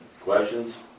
Questions